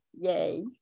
Yay